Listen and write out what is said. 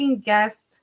guest